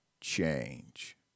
change